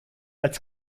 als